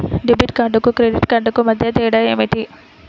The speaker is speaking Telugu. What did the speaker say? డెబిట్ కార్డుకు క్రెడిట్ కార్డుకు మధ్య తేడా ఏమిటీ?